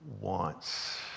wants